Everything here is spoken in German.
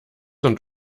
und